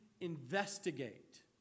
investigate